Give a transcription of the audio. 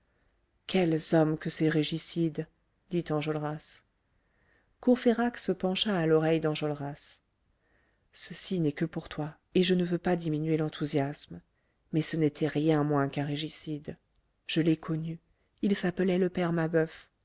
quels hommes que ces régicides dit enjolras courfeyrac se pencha à l'oreille d'enjolras ceci n'est que pour toi et je ne veux pas diminuer l'enthousiasme mais ce n'était rien moins qu'un régicide je l'ai connu il s'appelait le père mabeuf